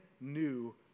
new